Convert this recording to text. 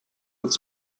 einen